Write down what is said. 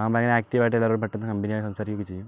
അവൻ ഭയങ്കര ആക്ടീവായിട്ട് എല്ലാവരോടും പെട്ടെന്ന് കമ്പനിയായി സംസാരിക്കുകയൊക്കെ ചെയ്യും